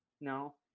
No